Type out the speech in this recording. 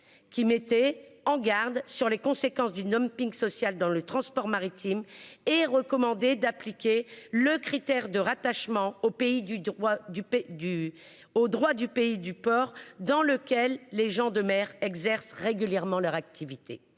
il mettait en garde contre les conséquences du dumping social dans le transport maritime et recommandait d'appliquer le critère de rattachement au droit du pays du port dans lequel les gens de mer exercent régulièrement leur activité.